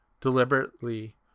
deliberately